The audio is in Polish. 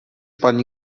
pani